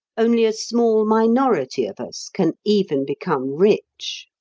only a small minority of us can even become rich.